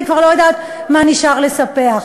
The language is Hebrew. אני כבר לא יודעת מה נשאר לספח.